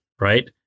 right